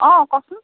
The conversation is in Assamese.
অঁ ক'চোন